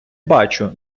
бачу